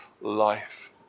life